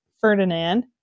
Ferdinand